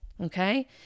Okay